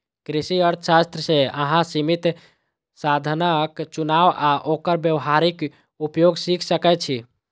कृषि अर्थशास्त्र सं अहां सीमित साधनक चुनाव आ ओकर व्यावहारिक उपयोग सीख सकै छी